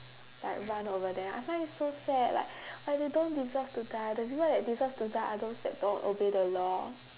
like run over them I find it so sad like like they don't deserve to die the people that deserve to die are those that don't obey the law